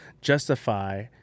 justify